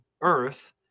earth